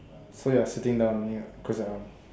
so you're sitting down then you close your arm